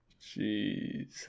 Jeez